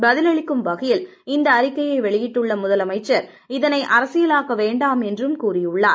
பதிலளிக்கும் வகையில் இந்த அறிக்கையை வெளியிட்டுள்ள முதலமைச்சர் இதனை அரசியலாக்க வேண்டாம் என்றும் கூறியுள்ளார்